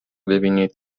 ببینید